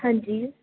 ਹਾਂਜੀ